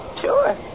Sure